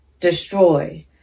destroy